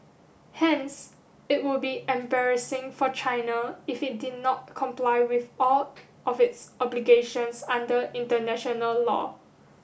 hence it would be embarrassing for China if it did not comply with all of its obligations under international law